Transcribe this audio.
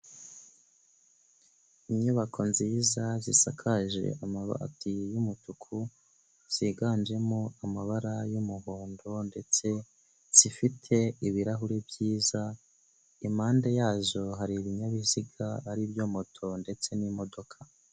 Inyubako nziza zisakaje amabati, y'umutuku ziganjemo amabara y'umuhondo ndetse zifite ibirahuri byiza, impande yazo hari ibinyabiziga ari byo moto ndetse n'imodoka.